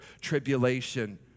tribulation